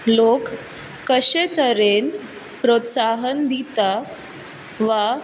लोक कशे तरेन प्रोत्साहन दिता वा